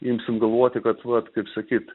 imsim galvoti kad vat kaip sakyt